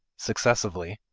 successively,